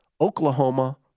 Oklahoma